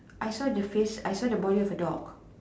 I saw the face I saw the body of a dog